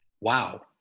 wow